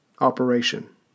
Operation